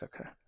Okay